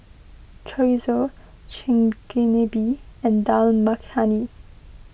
Chorizo Chigenabe and Dal Makhani